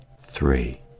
three